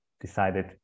decided